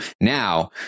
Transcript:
Now